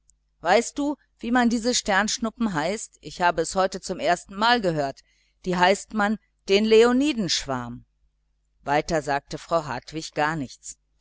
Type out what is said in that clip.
weißt du wie man diese sternschnuppen heißt ich habe es heute zum erstenmal gehört die heißt man den leonidenschwarm weiter sagte frau hartwig gar nichts